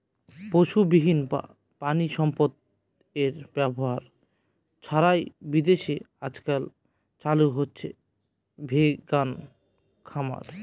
পশুবিহীন বা প্রানীসম্পদ এর ব্যবহার ছাড়াই বিদেশে আজকাল চালু হয়েছে ভেগান খামার